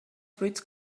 fruits